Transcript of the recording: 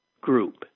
group